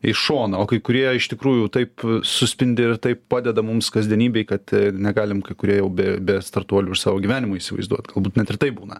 į šoną o kai kurie iš tikrųjų taip suspindi ir taip padeda mums kasdienybėj kad negalim kai kurie jau be be startuolių ir savo gyvenimo įsivaizduot galbūt net ir taip būna